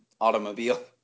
automobile